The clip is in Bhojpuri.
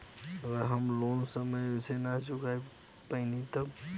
अगर हम लोन समय से ना चुका पैनी तब?